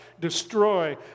destroy